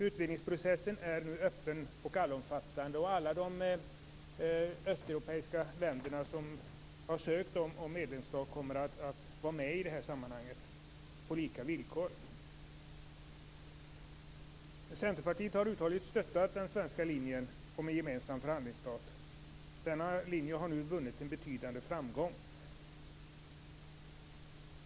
Utvidgningsprocessen är nu öppen och allomfattande, och alla östeuropeiska länder som har ansökt om medlemskap kommer att vara med i detta sammanhang på lika villkor. Centerpartiet har stöttat den svenska linjen om en gemensam förhandlingsstart. Denna linje har nu vunnit en betydande framgång.